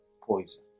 poison